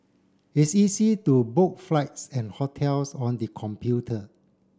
it's easy to book flights and hotels on the computer